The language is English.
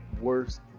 worst